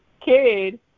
kid